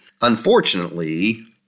unfortunately